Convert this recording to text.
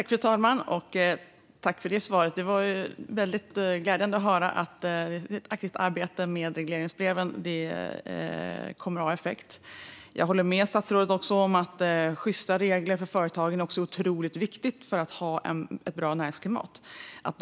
Fru talman! Jag tackar för svaret. Det var väldigt glädjande att höra att det pågår ett aktivt arbete med regleringsbreven. Det kommer att ha effekt. Jag håller också med statsrådet om att sjysta regler för företagen är otroligt viktigt för att vi ska ha ett bra näringsklimat.